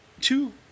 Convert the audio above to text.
two